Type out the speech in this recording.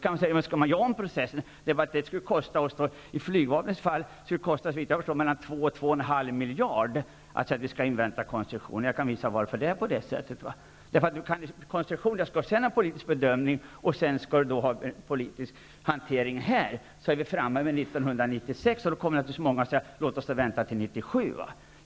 Men att göra om processen kostar pengar. Det skulle i flygvapnets fall såvitt jag förstår kosta 2 -- 2,5 miljarder att invänta detta. Det skall först göras en politisk bedömning, och sedan kommer den politiska hanteringen här i riksdagen. Därmed är vi framme vid 1996, och då kommer naturligtvis många att säga att man bör vänta in 1997.